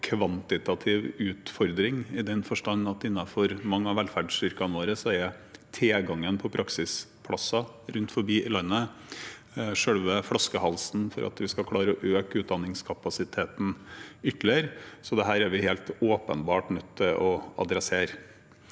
kvantitativ utfordring, i den forstand at innenfor mange av velferdsyrkene våre er tilgangen på praksisplasser rundt omkring i landet selve flaskehalsen når det gjelder å øke utdanningskapasiteten ytterligere, så dette er vi helt åpenbart nødt til å adressere.